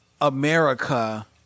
America